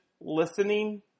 listening